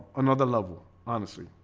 another level honestly,